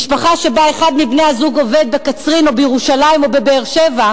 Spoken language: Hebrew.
משפחה שבה אחד מבני-הזוג עובד בקצרין או בירושלים או בבאר-שבע,